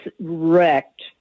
wrecked